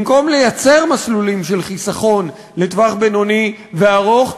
במקום לייצר מסלולים של חיסכון לטווח בינוני וארוך,